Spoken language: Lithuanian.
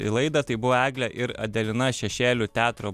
į laidą tai buvo eglė ir adelina šešėlių teatro